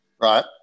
Right